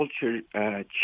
culture